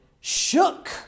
shook